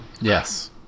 Yes